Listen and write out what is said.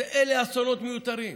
אלה אסונות מיותרים.